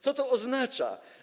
Co to oznacza?